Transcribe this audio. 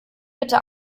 bitte